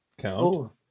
Count